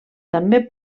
també